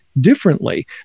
differently